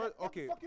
okay